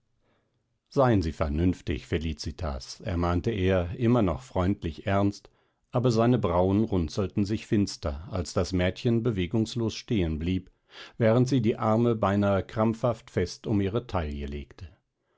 seien sie vernünftig felicitas ermahnte er immer noch freundlich ernst aber seine brauen runzelten sich finster als das mädchen bewegungslos stehen blieb während sie die arme beinahe krampfhaft fest um ihre taille legte